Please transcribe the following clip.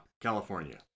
California